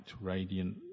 radiant